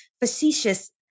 facetious